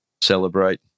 celebrate